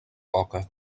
coca